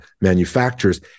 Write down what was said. manufacturers